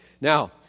Now